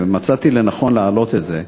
ומצאתי לנכון להעלות את זה: